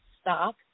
stop